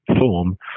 form